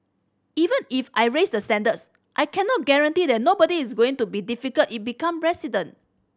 even if I raise the standards I cannot guarantee that nobody is going to be difficult it become president